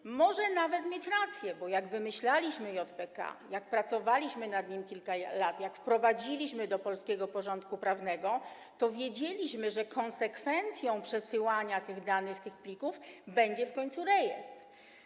I może nawet mieć rację, bo jak wymyślaliśmy JPK, jak pracowaliśmy nad nim kilka lat, jak wprowadziliśmy do polskiego porządku prawnego, to wiedzieliśmy, że konsekwencją przesyłania tych danych, tych plików, będzie w końcu rejestr.